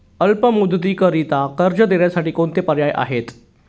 अल्प मुदतीकरीता कर्ज देण्यासाठी कोणते पर्याय आहेत?